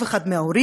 אף אחד מההורים,